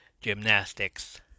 gymnastics